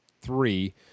three